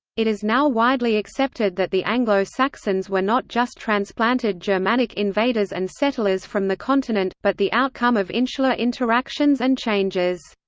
it is now widely accepted that the anglo-saxons were not just transplanted germanic invaders and settlers from the continent, but the outcome of insular interactions and changes.